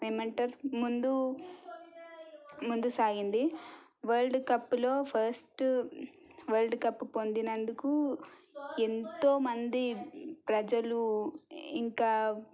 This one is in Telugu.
ఏమంటారు ముందు ముందు సాగింది వరల్డ్ కప్లో ఫస్ట్ వరల్డ్ కప్ పొందినందుకు ఎంతో మంది ప్రజలు ఇంకా